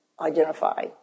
identify